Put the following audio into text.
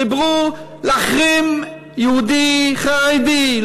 דיברו להחרים יהודי חרדי,